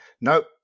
Nope